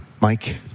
Mike